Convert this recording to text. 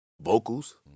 vocals